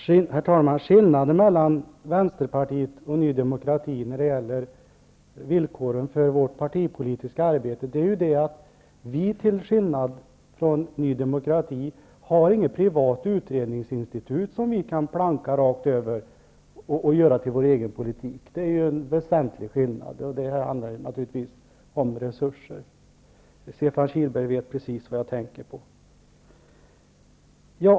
Herr talman! Skillnaden mellan Vänsterpartiet och Ny demokrati när det gäller villkoren för det partipolitiska arbetet är att vi inte har något privat utredningsinstitut, vars slutsatser vi kan ''planka'' rakt över och göra till vår egen politik. Det är en väsentlig skillnad. Det hela handlar naturligtvis om resurser. Stefan Kihlberg vet precis vad jag tänker på.